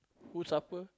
who suffer